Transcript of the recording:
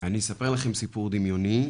אני אספר לכם סיפור דמיוני,